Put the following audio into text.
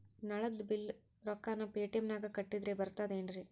ನಳದ್ ಬಿಲ್ ರೊಕ್ಕನಾ ಪೇಟಿಎಂ ನಾಗ ಕಟ್ಟದ್ರೆ ಬರ್ತಾದೇನ್ರಿ?